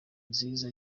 nziza